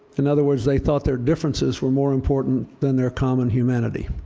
in other words, they thought their differences were more important than their common humanity.